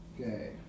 Okay